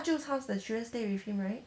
大舅 house the children stay with him right